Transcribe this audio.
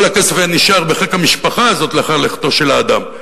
כל הכסף היה נשאר בחיק המשפחה הזאת לאחר לכתו של האדם.